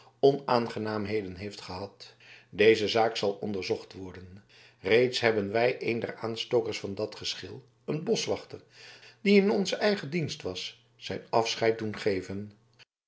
onaangenaamheden heeft gehad deze zaak zal onderzocht worden reeds hebben wij een der aanstokers van dat geschil een boschwachter die in onzen eigen dienst was zijn afscheid doen geven